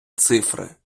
цифри